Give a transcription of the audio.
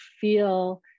feel